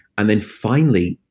and then, finally,